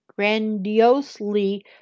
grandiosely